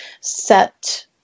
set